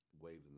Waving